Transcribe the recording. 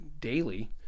daily